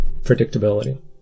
predictability